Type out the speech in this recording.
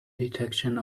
detection